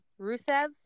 Rusev